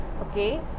okay